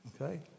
Okay